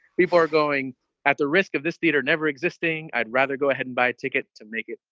people are going at the risk of this theater, never existing. i'd rather go ahead and buy a ticket to make it,